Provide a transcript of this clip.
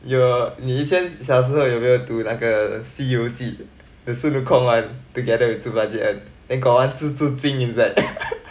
your 你以前小时候有没有读那个西游记孙悟空 one together with 猪八戒 then got one 蜘蛛精 inside